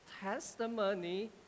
testimony